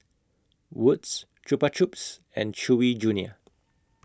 Wood's Chupa Chups and Chewy Junior